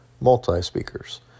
multi-speakers